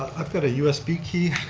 i've got a usb key.